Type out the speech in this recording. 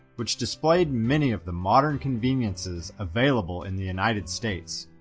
which displayed many of the modern conveniences available in the united states,